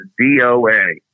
DOA